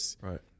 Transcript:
Right